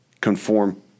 conform